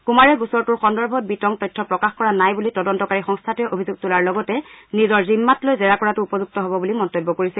কুমাৰে গোচৰটোৰ সন্দৰ্ভত বিতং তথ্য প্ৰকাশ কৰা নাই বুলি তদন্তকাৰী সংস্থাটোৱে অভিযোগ তোলাৰ লগতে নিজৰ জিম্মাত লৈ জেৰা কৰাটো উপযুক্ত হ'ব বুলি মন্তব্য কৰিছে